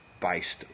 based